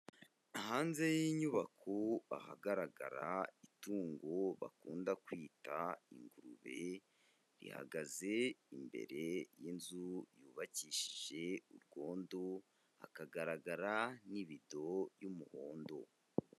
Hanze y'inyubako ahagaragara itungo bakunda kwita ingurube, rihagaze imbere y'inzu yubakishije urwondo, hakagaragara n'ibido y'umuhondo.